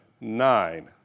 nine